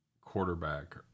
quarterback